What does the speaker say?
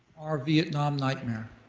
our vietnam nightmare.